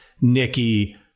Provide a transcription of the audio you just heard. Nikki